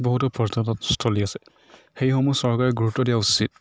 বহুতো পৰ্যটকস্থলী আছে সেইসমূহ চৰকাৰে গুৰুত্ব দিয়া উচিত